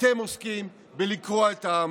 אתם עוסקים בלקרוע את העם.